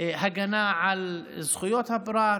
הגנה על זכויות הפרט,